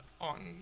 on